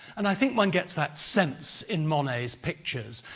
and i think one gets that sense in monet's pictures,